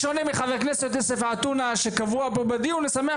בשונה מחבר הכנסת יוסף עטאונה שקבוע פה בדיון משמח